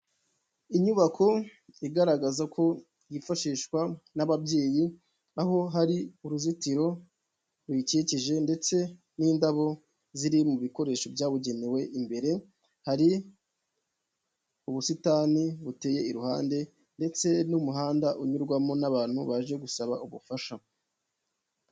Inyubako igaragaza ko yifashishwa n'ababyeyi, aho hari uruzitiro ruyikikije ndetse n'indabo ziri mu bikoresho byabugenewe, imbere hari ubusitani buteye iruhande ndetse n'umuhanda unyurwamo n'abantu baje gusaba ubufasha.